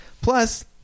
Plus